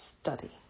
study